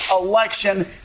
election